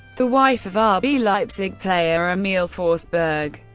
the wife of ah rb leipzig player emil forsberg.